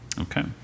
Okay